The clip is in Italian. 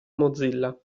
mozilla